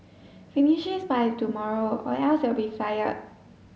finishes by tomorrow or else you'll be fired